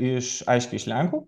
iš aiškiai iš lenkų